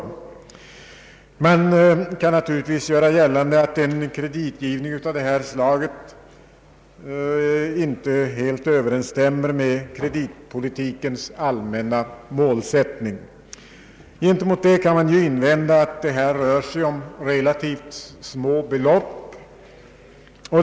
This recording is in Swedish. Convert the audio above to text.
Man kan naturligtvis göra gällande att en kreditgivning av det slag som här har antytts inte överensstämmer med kreditpolitikens allmänna målsättning. Gentemot detta kan invändas att det rör sig om relativt små belopp.